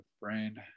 brain